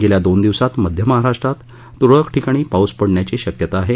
येत्या दोन दिवसात मध्य महाराष्ट्रात तुरळक ठिकाणी पाऊस पडण्याची शक्यता आहे